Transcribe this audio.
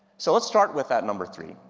so let's start with that number three.